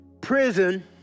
prison